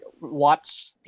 watch